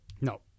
No